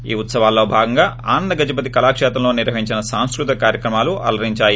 ఈ ఉత్పవాల్లో భాగంగా ఆనందగజపతి కళాకేత్రంలో నిర్వహించిన సాంస్కృతిక కార్యక్రమాలు అలరించాయి